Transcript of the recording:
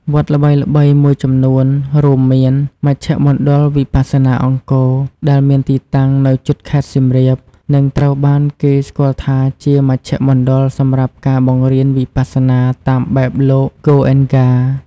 វត្តល្បីៗមួយចំនួនរួមមាន មជ្ឈមណ្ឌលវិបស្សនាអង្គរ ដែលមានទីតាំងនៅជិតខេត្តសៀមរាប និងត្រូវបានគេស្គាល់ថាជាមជ្ឈមណ្ឌលសម្រាប់ការបង្រៀនវិបស្សនាតាមបែបលោក ហ្គោអ៊េនកា ។